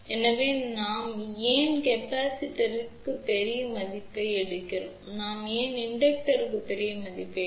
எனவே நமக்கு ஏன் தூண்டியின் பெரிய மதிப்பு தேவை